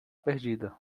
perdida